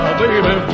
baby